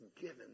given